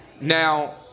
Now